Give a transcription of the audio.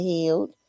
Healed